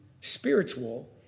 spiritual